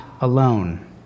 alone